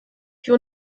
wir